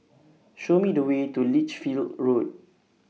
Show Me The Way to Lichfield Road